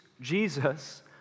Jesus